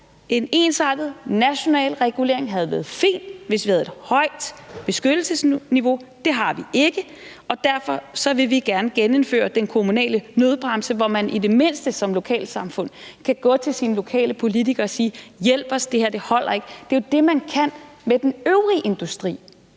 en ensartet, national regulering havde været fint, hvis vi havde et højt beskyttelsesniveau, men det har vi ikke, og derfor vil vi gerne genindføre den kommunale nødbremse, hvor man i det mindste som lokalsamfund kan gå til sin lokale politiker og sige: Hjælp os, det her holder ikke. Det er jo det, man kan med den øvrige industri,